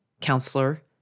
Counselor